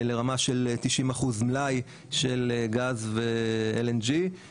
לרמה של 90% מלאי של גז ו-LNG,